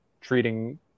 treating